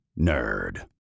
Nerd